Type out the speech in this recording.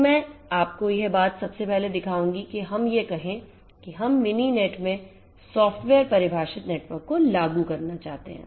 तो मैं आपको यह बात सबसे पहले दिखाउंगी कि हम यह कहें कि हम मिनिनेट में सॉफ्टवेयर परिभाषित नेटवर्क को लागू करना चाहते हैं